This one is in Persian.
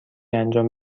انجام